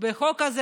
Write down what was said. בחוק הזה,